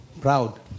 proud